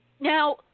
Now